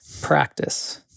practice